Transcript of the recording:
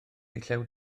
llew